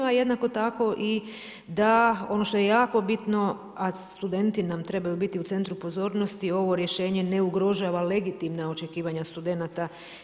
A jednako tako i da ono što je jako bitno, a studenti nam trebaju biti u centru pozornosti ovo rješenje ne ugrožava legitimna očekivanja studenata.